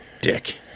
dick